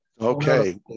okay